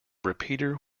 repeater